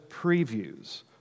previews